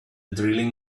drilling